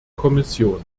kommission